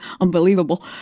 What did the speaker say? unbelievable